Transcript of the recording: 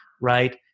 right